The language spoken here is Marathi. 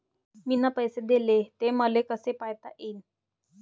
मिन पैसे देले, ते मले कसे पायता येईन?